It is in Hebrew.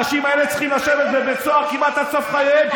האנשים האלה צריכים לשבת בבית סוהר כמעט עד סוף חייהם.